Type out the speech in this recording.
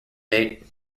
date